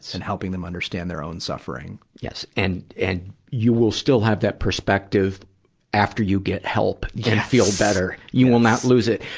and helping them understand their own suffering. yes. and, and, you will still have that perspective after you get help. you can feel better. you will not lose it.